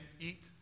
eat